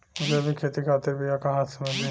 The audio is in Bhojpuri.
जैविक खेती खातिर बीया कहाँसे मिली?